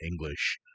english